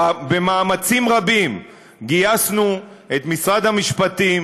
במאמצים רבים גייסנו את משרד המשפטים